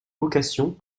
vocation